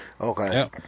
Okay